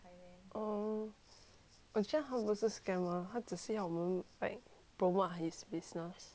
我觉得他不是 scammer 他只是要我们 like promote his business